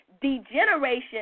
degeneration